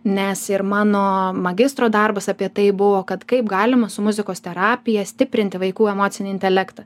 nes ir mano magistro darbas apie tai buvo kad kaip galima su muzikos terapija stiprinti vaikų emocinį intelektą